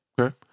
Okay